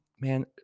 man